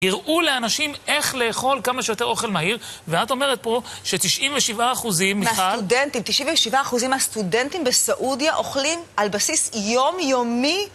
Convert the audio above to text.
הראו לאנשים איך לאכול כמה שיותר אוכל מהיר, ואת אומרת פה ש-97% מיכל... מהסטודנטים, 97% מהסטודנטים בסעודיה אוכלים על בסיס יומיומי